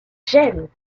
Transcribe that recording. gênes